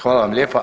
Hvala vam lijepa.